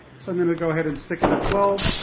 so i'm going to go ahead and stick in a twelve.